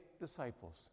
disciples